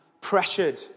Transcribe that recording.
pressured